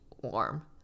warm